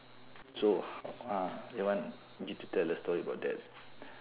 so ho~ ah they want you to tell a story about that